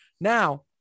Now